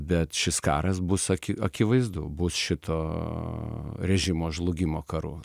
bet šis karas bus aki akivaizdu bus šito režimo žlugimo karu